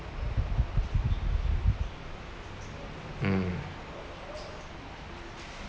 mm